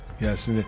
Yes